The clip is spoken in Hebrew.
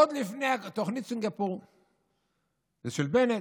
"עוד לפני" תוכנית סינגפור, זה של בנט,